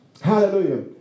Hallelujah